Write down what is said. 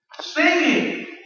singing